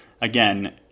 again